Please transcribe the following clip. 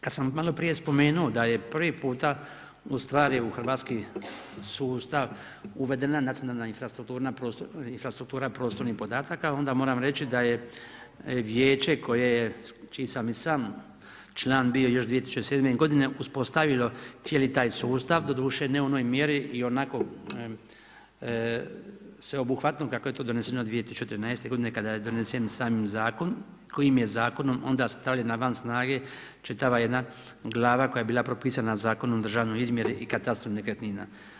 Kada sam malo prije spomenuo da je prvi puta u stvari u hrvatski sustav uvedena nacionalna infrastruktura prostornih podataka, onda moram reći da je Vijeće čiji sam i sam član bio još 2007. godine uspostavilo cijeli taj sustav, doduše ne u onoj mjeri i onako sveobuhvatno kako je to doneseno 2013. godine kada je donesen sam zakon kojim je zakonom onda stavljena van snage čitava jedna glava koja je bila propisana Zakonom o državnoj izmjeri i katastru nekretnina.